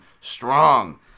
strong